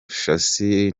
shassir